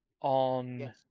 on